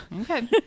okay